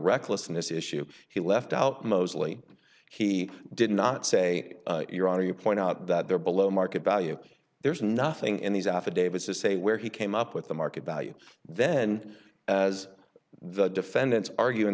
recklessness issue he left out mostly he did not say your honor you point out that they're below market value there's nothing in these affidavits to say where he came up with the market value then as the defendants argu